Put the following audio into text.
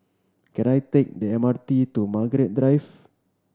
can I take the M R T to Margaret Drive